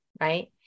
right